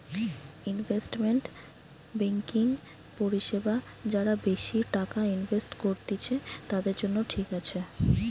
investment banking পরিষেবা যারা বেশি টাকা ইনভেস্ট করত্তিছে, তাদের জন্য ঠিক আছে